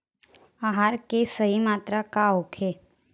आहार के सही मात्रा का होखे?